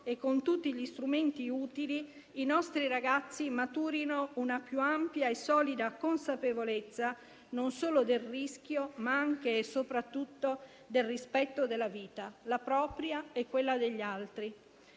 e con tutti gli strumenti utili, i nostri ragazzi maturino una più ampia e solida consapevolezza non solo del rischio, ma anche e soprattutto del rispetto della vita, la propria e quella degli altri.